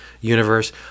universe